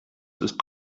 ist